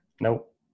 Nope